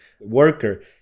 worker